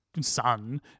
son